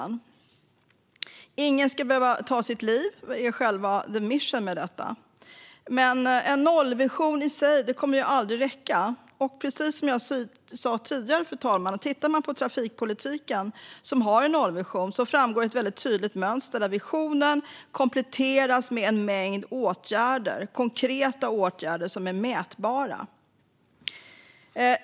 Att ingen ska behöva ta sitt liv är själva the mission. Men bara en nollvision kommer aldrig att räcka. I trafikpolitiken framträder ett tydligt mönster där nollvisionen kompletteras med en mängd konkreta och mätbara åtgärder.